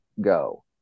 go